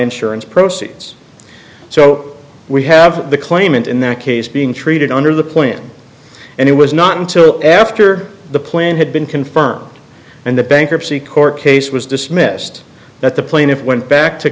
insurance proceeds so we have the claimant in that case being treated under the plan and it was not until after the plan had been confirmed and the bankruptcy court case was dismissed that the plaintiff went back to